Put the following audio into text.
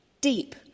Deep